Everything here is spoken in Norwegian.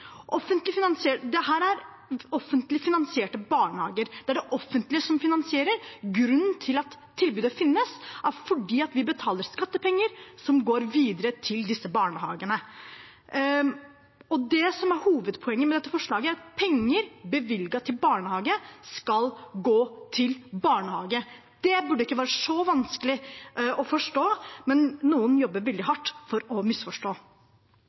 er offentlig finansierte barnehager, det er det offentlige som finansierer dem. Grunnen til at tilbudet finnes, er at vi betaler skattepenger som går videre til disse barnehagene. Det som er hovedpoenget med dette forslaget, er at penger bevilget til barnehage skal gå til barnehage. Det burde ikke være så vanskelig å forstå, men noen jobber veldig hardt for å misforstå.